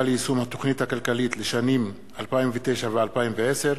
ליישום התוכנית הכלכלית לשנים 2009 ו-2010)